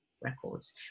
records